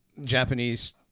Japanese